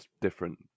different